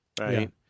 right